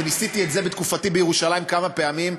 ניסיתי את זה בתקופתי בירושלים כמה פעמים,